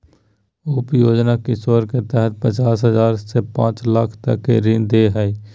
उप योजना किशोर के तहत पचास हजार से पांच लाख तक का ऋण दे हइ